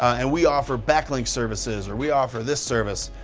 and we offer backlink services. or, we offer this service.